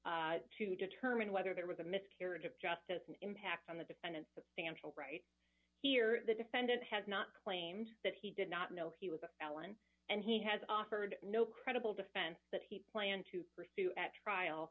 receipts to determine whether there was a miscarriage of justice an impact on the defendant's substantial right here the defendant has not claimed that he did not know he was a felon and he has offered no credible defense that he planned to pursue at